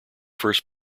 first